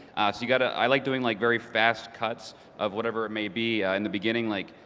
so you gotta i like doing, like very fast cuts of whatever it may be in the beginning like,